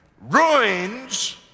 ruins